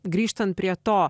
grįžtant prie to